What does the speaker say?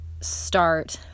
start